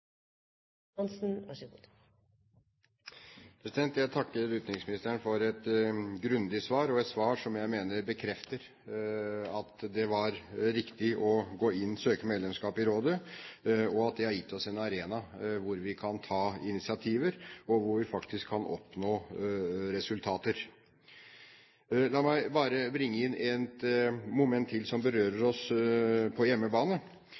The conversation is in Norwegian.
jeg mener bekrefter at det var riktig å søke medlemskap i rådet, og at det har gitt oss en arena hvor vi kan ta initiativer og hvor vi faktisk kan oppnå resultater. La meg bare bringe inn et moment til som berører oss på hjemmebane,